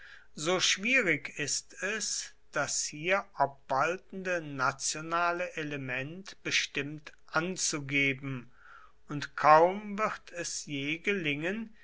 so schwierig ist es das hier obwaltende nationale element bestimmt anzugeben und kaum wird es je gelingen